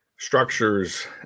structures